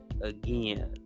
again